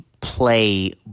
play